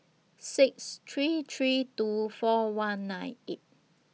six three three two four one nine eight